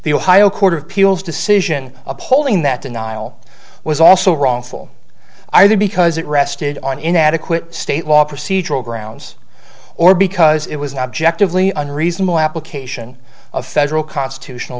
the ohio court of appeals decision upholding that denial was also wrongful either because it rested on inadequate state law procedural grounds or because it was an objectively unreasonable application of federal constitutional